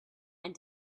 and